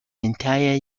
entire